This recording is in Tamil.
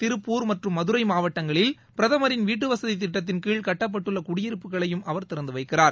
திருப்பூர் மற்றும் மதுரை மாவட்டங்களில் பிரதமரின் வீட்டுவசதி திட்டத்தின் கீழ் கட்டப்பட்டுள்ள குடியிருப்புகளையும் அவர் திறந்து வைக்கிறார்